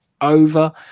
over